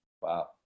Wow